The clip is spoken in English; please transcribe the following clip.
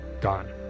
gone